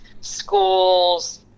schools